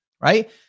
right